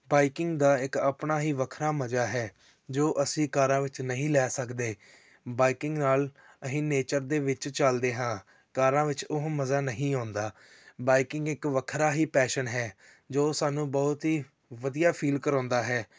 biking ਦਾ ਇੱਕ ਆਪਣਾ ਹੀ ਵੱਖਰਾ ਮਜ਼ਾ ਹੈ ਜੋ ਅਸੀਂ ਕਾਰਾਂ ਵਿੱਚ ਨਹੀਂ ਲੈ ਸਕਦੇ ਬਾਈਕਿੰਗ ਨਾਲ ਅਸੀਂ ਨੇਚਰ ਦੇ ਵਿੱਚ ਚਲਦੇ ਹਾਂ ਕਾਰਾਂ ਵਿੱਚ ਉਹ ਮਜ਼ਾ ਨਹੀਂ ਆਉਂਦਾ ਬਾਈਕਿੰਗ ਇੱਕ ਵੱਖਰਾ ਹੀ ਪੈਸ਼ਨ ਹੈ ਜੋ ਸਾਨੂੰ ਬਹੁਤ ਹੀ ਵਧੀਆ ਫੀਲ ਕਰਵਾਉਂਦਾ ਹੈ